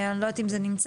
אני לא יודעת אם זה נמצא.